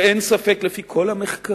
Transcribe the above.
ואין ספק, לפי כל המחקרים,